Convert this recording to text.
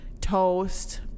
toast